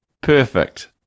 perfect